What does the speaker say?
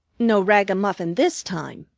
no ragamuffin this time,